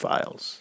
Files